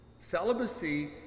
Celibacy